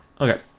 Okay